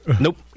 Nope